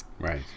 Right